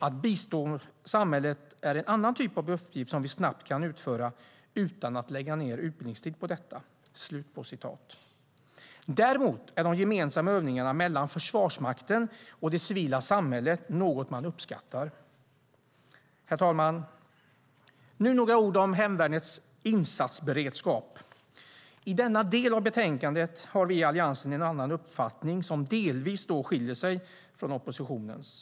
Att bistå samhället är en annan typ av uppgift som vi snabbt kan utföra utan att lägga ner utbildningstid på detta." Däremot är de gemensamma övningarna mellan Försvarsmakten och det civila samhället något man uppskattar. Herr talman! Nu några ord om hemvärnets insatsberedskap. I denna del av betänkandet har vi i Alliansen en uppfattning som delvis skiljer sig från oppositionens.